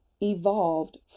evolved